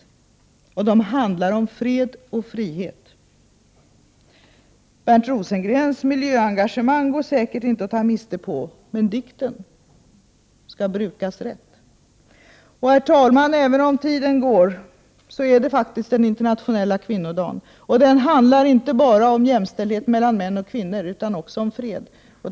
Formuleringarna handlar om fred och frihet. Bernt Rosengrens miljöengagemang går säkert inte att ta miste på, men dikten skall brukas rätt. Herr talman! Även om tiden går är det faktiskt den internationella kvinnodagen. Den handlar inte bara om jämställdhet mellan män och kvinnor, utan också om fred.